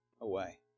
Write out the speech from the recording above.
away